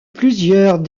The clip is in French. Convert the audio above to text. plusieurs